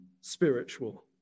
spiritual